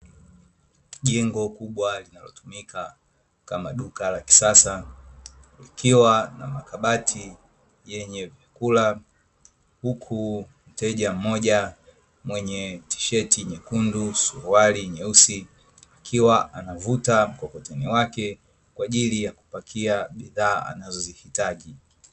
Jengo kubwa linalotumika kama duka la kisasa, likiwa na makabati yenye vyakula huku mteja mmoja mwenye tisheti nyekundu, suruali nyeusi, akiwa anavuta mkokoteni wake kwa ajili ya kupakia bidhaa anazozihitaji.